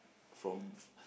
from